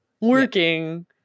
working